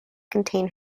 contain